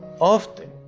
often